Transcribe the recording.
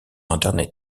internet